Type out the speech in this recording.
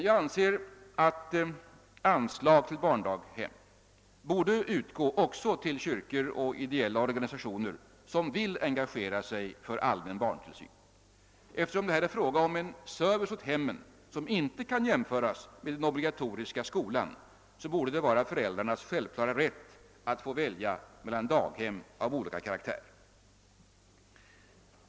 Jag anser att anslag till barndaghem bör utgå också till kyrkor och ideella organisationer som vill engagera sig för allmän barntillsyn. Eftersom det här är fråga om en service åt hemmen som inte kan jämföras med den obligatoriska skolans borde det vara föräldrarnas självklara rätt att få välja mellan daghem av olika karaktär.